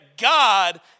God